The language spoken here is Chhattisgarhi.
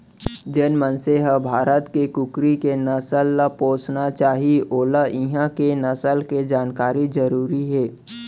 जेन मनसे ह भारत के कुकरी के नसल ल पोसना चाही वोला इहॉं के नसल के जानकारी जरूरी हे